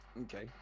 okay